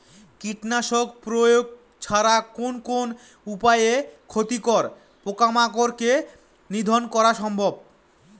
কীটনাশক প্রয়োগ ছাড়া কোন কোন উপায়ে ক্ষতিকর পোকামাকড় কে নিধন করা সম্ভব?